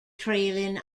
trailing